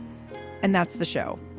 and that's the show.